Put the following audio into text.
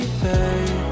babe